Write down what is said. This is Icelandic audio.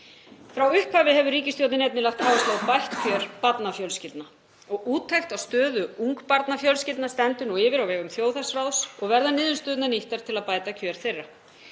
Frá upphafi hefur ríkisstjórnin einnig lagt áherslu á bætt kjör barnafjölskyldna. Úttekt á stöðu ungbarnafjölskyldna stendur nú yfir á vegum þjóðhagsráðs og verða niðurstöðurnar nýttar til að bæta kjör þeirra.